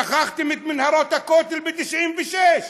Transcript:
שכחתם את מנהרות הכותל ב-1996,